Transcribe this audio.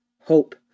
Hope